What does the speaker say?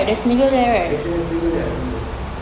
but they still have Smiggle there I think so